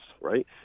right